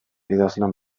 idazlan